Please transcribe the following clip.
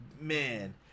Man